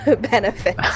benefit